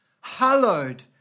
hallowed